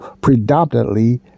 predominantly